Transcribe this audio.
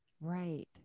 Right